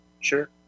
Sure